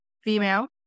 female